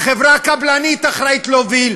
החברה הקבלנית אחראית להוביל.